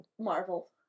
Marvel